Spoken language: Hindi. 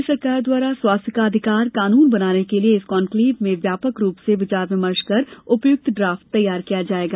राज्य सरकार द्वारा स्वास्थ्य का अधिकार कानून बनाने के लिये इस कॉन्क्लेव में व्यापक रूप से विचार विमर्श कर उपयुक्त ड्रॉफ्ट तैयार किया जायेगा